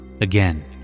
Again